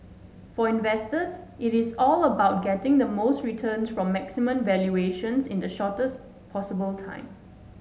for investors it is all about getting the most returns from maximum valuations in the shortest possible time